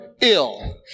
ill